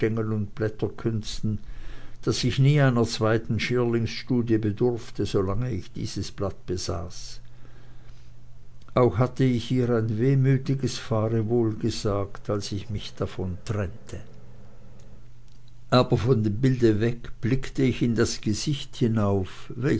blätterkünsten daß ich nie einer zweiten schierlingsstudie bedurfte solang ich dieses blatt besaß auch hatte ich ihr ein wehmütiges fahrewohl gesagt als ich mich davon trennte aber von dem bilde weg blickte ich in das gesicht hinauf